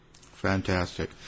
Fantastic